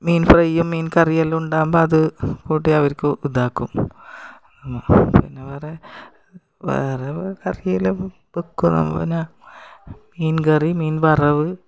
മീൻ ഫ്രൈയും മീൻ കറിയും എല്ലാം ഉണ്ടാകുമ്പോൾ അത് കൂട്ടി അവർക്ക് ഇതാക്കും നമ്മൾ പിന്നെ വേറെ വേറെ കറിയെല്ലാം ഇപ്പോൾ വെക്കുക പിന്നെ മീൻ കറി മീൻ വറവ്